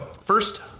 first